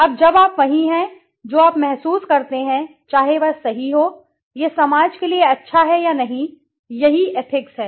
अब जब आप वही हैं जो आप महसूस करते हैं चाहे वह सही हो यह समाज के लिए अच्छा है या नहीं यही एथिक्स है